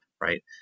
Right